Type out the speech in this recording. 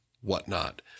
whatnot